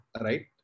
right